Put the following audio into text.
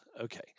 Okay